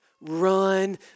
run